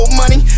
money